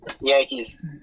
Yankees